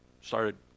started